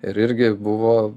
ir irgi buvo